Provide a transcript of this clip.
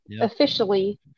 officially